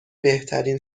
بهترین